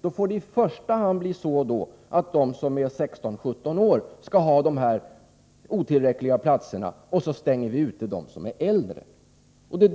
det får i första hand bli så att de som är 16-17 år skall ha de platser som finns men som är helt otillräckliga, och så stänger vi ute dem som är äldre.